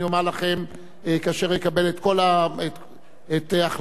כאשר אקבל את החלטתי המנומקת